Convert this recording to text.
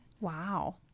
Wow